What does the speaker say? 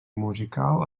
musical